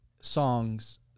songs